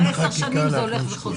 כבר עשר שנים זה הולך וחוזר.